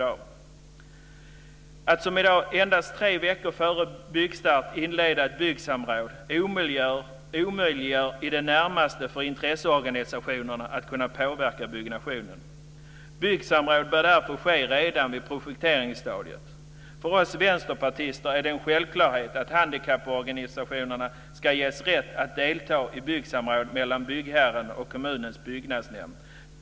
Att, som i dag, endast tre veckor före byggstart inleda ett byggsamråd omöjliggör i det närmaste för intressesorganisationerna att påverka byggnationen. Byggsamråd för därför ske redan i projekteringsstadiet. För oss vänsterpartister är det en självklarhet att handikapporganisationerna ska ges rätt att delta i byggsamråd mellan byggherren och kommunens byggnadsnämnd.